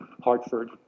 Hartford